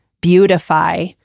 beautify